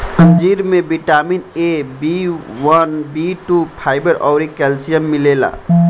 अंजीर में vitamin A, B one, B two, fibre अउरी कैल्शियम मिलेला